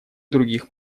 других